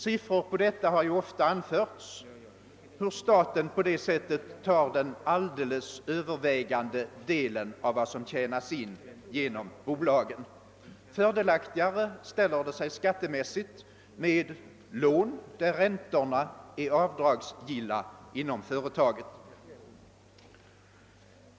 Siffror har ofta anförts som visar hur staten på det sättet tar den helt övervägande delen av vad som tjänas in genom bolagen. Skattemässigt ställer det sig fördelaktigare med lån där räntorna är avdragsgilla inom företaget.